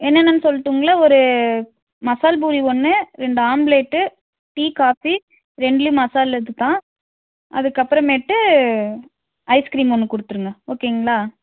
என்னென்னன்னு சொல்லட்டுங்களா ஒரு மசாலா பூரி ஒன்று ரெண்டு ஆம்ப்லேட்டு டீ காஃபி ரெண்டுலேயும் மசாலா இதுதான் அதுக்கு அப்புறமேட்டு ஐஸ்கிரீம் ஒன்று கொடுத்துருங்க ஓகேங்களா